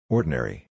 Ordinary